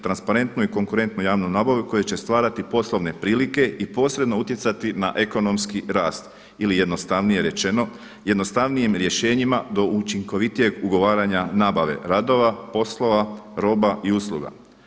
Transparentnu i konkurentnu javnu nabavu koja će stvarati poslovne prilike i posredno utjecati na ekonomski rast ili jednostavnije rečeno jednostavnijim rješenjima do učinkovitijeg ugovaranja nabave radova, poslova, roba i usluga.